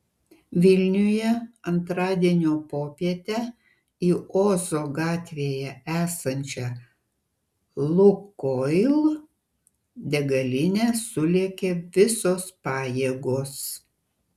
vilniuje antradienio popietę į ozo gatvėje esančią lukoil degalinę sulėkė visos pajėgos